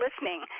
listening